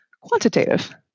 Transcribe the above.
quantitative